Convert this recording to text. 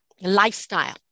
lifestyle